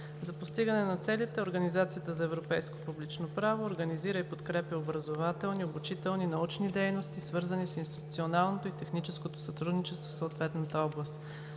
За постигане на целите Организацията за европейско публично право организира и подкрепя образователни, обучителни, научни дейности, свързани с институционалното и техническо сътрудничество в съответната област.